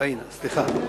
פאינה.